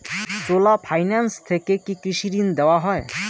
চোলা finance থেকে কি কৃষি ঋণ দেওয়া হয়?